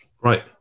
right